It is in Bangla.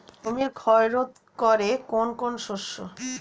জমির ক্ষয় রোধ করে কোন কোন শস্য?